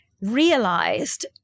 realized